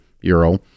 euro